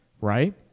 right